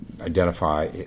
identify